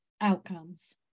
outcomes